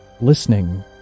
Listening